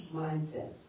mindset